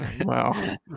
Wow